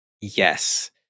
yes